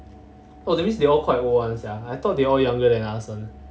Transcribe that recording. oh that means they all quite old one sia I thought they all younger than us one